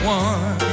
one